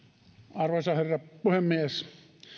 arvoisa herra puhemies